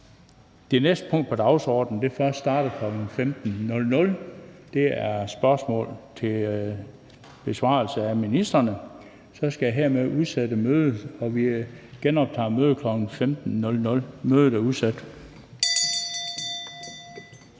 det næste punkt på dagsordenen først starter kl. 15.00 – det er spørgsmål til besvarelse af ministrene – skal jeg hermed udsætte mødet. Vi genoptager som sagt mødet kl. 15.00. Mødet er udsat.